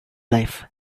life